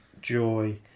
joy